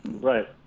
Right